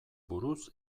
buruz